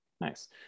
Nice